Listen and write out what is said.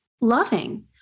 loving